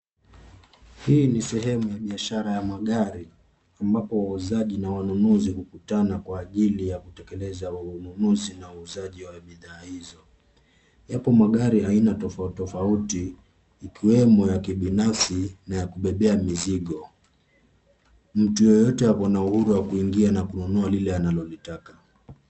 Hii ni sehemu ya biashara ya magari, ambapo wauzaji na wanunuzi hukutana kwa ajili ya kutekeleza ununuzi na uuzaji wa bidhaa hizo. Yapo magari aina tofauti tofauti, ikiwemo ya kibinafsi na ya kubebea mizigo. Mtu yeyote ako na uhuru wa kuingia na kununua lile analolitaka.